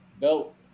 Belt